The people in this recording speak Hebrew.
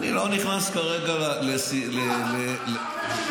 אני לא נכנס כרגע --- לא, אתה עונה בשם הממשלה.